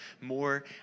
more